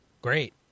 Great